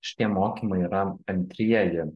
šitie mokymai yra antrieji